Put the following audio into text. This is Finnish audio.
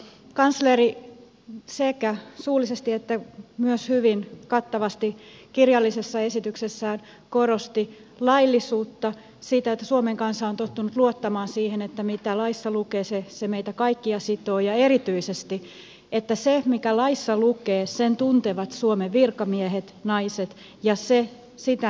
kansleri sekä suullisesti että myös hyvin kattavasti kirjallisessa esityksessään korosti laillisuutta sitä että suomen kansa on tottunut luottamaan siihen että mitä laissa lukee se meitä kaikkia sitoo ja erityisesti siihen että mikä laissa lukee sen tuntevat suomen virkamiehet naiset ja sitä noudatetaan